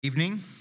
evening